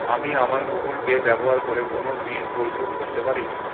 আমি আমার Google Pay ব্যবহার করে কোন বিল পরিশোধ করতে পারি